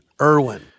Irwin